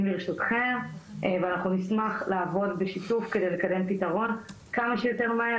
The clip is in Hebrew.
לרשותכם ואנחנו נשמח לעבוד בשיתוף כדי לקדם פתרון כמה שיותר מהר,